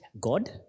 God